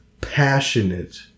passionate